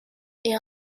est